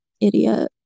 idiot